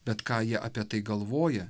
bet ką jie apie tai galvoja